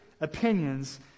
opinions